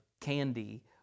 candy